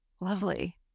Lovely